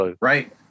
Right